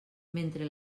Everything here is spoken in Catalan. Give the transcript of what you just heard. mentre